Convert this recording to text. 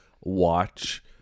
watch